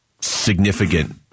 significant